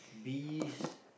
bees